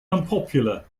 unpopular